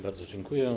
Bardzo dziękuję.